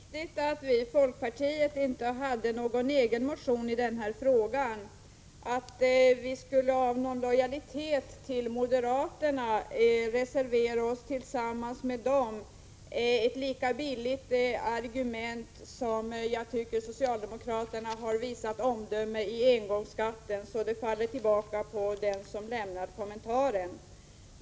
Herr talman! Det är riktigt att vi i folkpartiet inte hade någon egen motion i den här frågan. Att det är av lojalitet mot moderaterna som vi skulle ha reserverat oss tillsammans med dem är ett billigt argument, lika dåligt som jag tycker socialdemokraternas omdöme är beträffande engångsskatten, så den kommentaren faller tillbaka på den som har lämnat den.